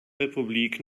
republik